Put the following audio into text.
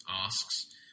asks